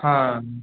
হ্যাঁ